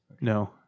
No